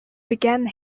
began